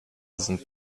sind